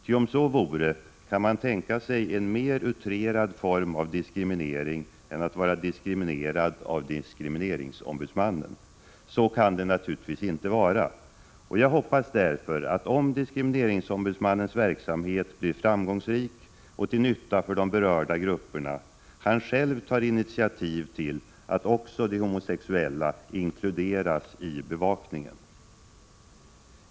Ty om så vore: Kan man tänka sig en mer utrerad form av diskriminering än att vara diskriminerad av diskrimineringsombudsmannen? Så kan det inte vara, och jag hoppas därför att, om diskrimineringsombudsmannens verksamhet blir framgångsrik och till nytta för de berörda grupperna, han själv tar initiativ till att också de homosexuella inkluderas i bevakningen.